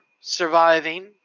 surviving